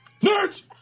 Nerds